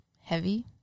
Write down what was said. heavy